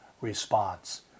response